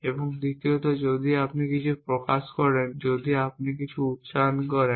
এবং দ্বিতীয়ত যদি আপনি কিছু প্রকাশ করেন যদি আপনি কিছু উচ্চারণ করেন